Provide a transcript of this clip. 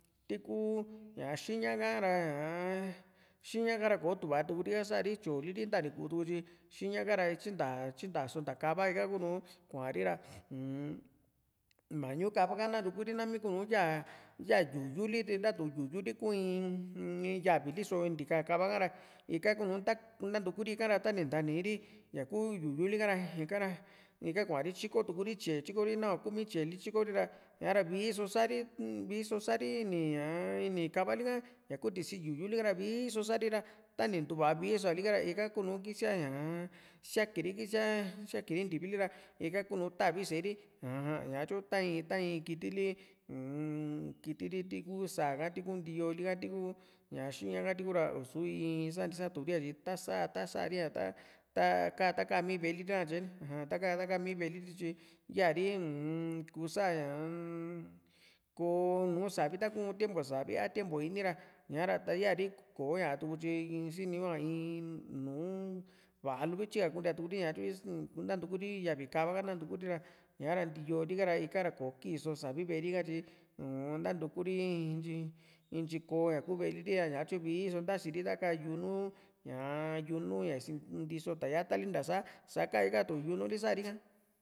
xiña ka ra ñaa xiña ka ra koo tuva tuku rika sari tyoli ri ntanikuu tuku tyi xiña kara ityinta ityinta só nta ka´va ika kuunu kuari ra uum mañu kava ka nantukuri nami kunu yaa ya yu´yuli ri tatu´n yu´yuli kuu in in ya´vi liso ntika ka´va ka´ra ika kunu nantukuri ika ra tani ntaniri ñaku yu´yuli ka ra ikara ika kuari tyiko tukuri tye´e tyikotuku ri nahua kumi tye´e li tyiko ri ra ñaa ra vii so sa´ri vii so sari nii ñaa ini ka´valika ñaku tisi´n yu´yulika ra vii so sa´ri ra tani ntuuva viiso ikara ika kuu nuu kisia ñaa siakiri kisia siakiri ntivili ra ika kunu tavi sée ri aja ñaka tyu ta in ta in kitili uu-m kiti lim ti kuu sáa ha ni tiku ntii´yo lika tiku ña xiña ha tiku ra i´su in sa ntii saturi´a tyi ta´sa ta´sa ri ta ta ka ta kami ve´e liri nakatye nani aja taka taka mii ve´eliri tyi yaari uu-m kusa ña uum kuu nùù sáa li ta ku´n tiempu savi a tiempu ini ra ña´ra ta yaari kò´o yaatuku tyi siniñua in in nùù va´a luvityi kuntiatukuri ña tyu ña nantuku ri ya´vi ka´va ka nantuku ri ra ña´ra ntii´yo lika ra ika ra kò´o kiiso savi ve´e rika tyi uu-n nantuku ri intyi intyi kò´o ve´e liri ra ñatyu vii so ntaasi ri taka yun ñaa yunu ña ni sintisi ta yatali ntasa sa ka´i katu yunu li sari ka